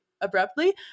abruptly